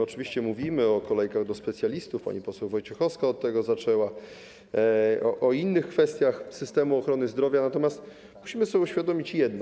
Oczywiście mówimy o kolejkach do specjalistów, pani poseł Wojciechowska od tego zaczęła, o innych kwestiach systemu ochrony zdrowia, natomiast musimy sobie uświadomić jedno.